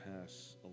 pass